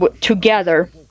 together